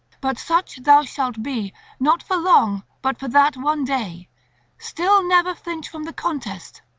but such thou shalt be not for long, but for that one day still never flinch from the contest.